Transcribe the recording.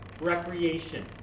recreation